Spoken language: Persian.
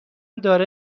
داره